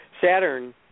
Saturn